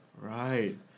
right